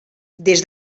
des